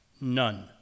none